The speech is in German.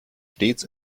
stets